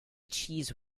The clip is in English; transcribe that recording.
cheese